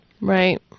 right